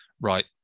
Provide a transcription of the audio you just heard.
right